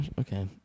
Okay